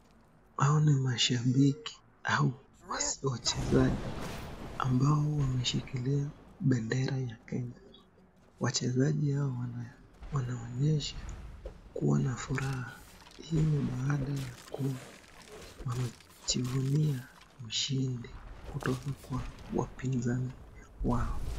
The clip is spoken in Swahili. Hawa ni mashababiki au wachezaji ambao washikilia bendera ya Kenya. Wachezaji hawa wanaonyesha furaha. Hii ni baada ya kujivunia washindi kutoka kwa wapinzani wao.